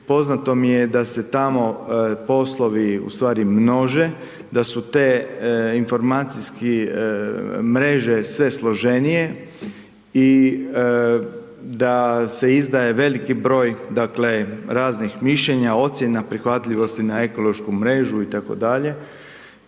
poznato mi je da se tamo poslovi ustvari množe, da su te informacijski mreže sve složenije i da se izdaje veliki broj, dakle raznih mišljenja, ocjena prihvatljivosti na ekološku mrežu itd.